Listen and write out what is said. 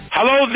Hello